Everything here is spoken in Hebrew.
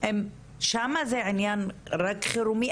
שמה זה עניין רק חירומי,